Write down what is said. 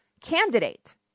candidate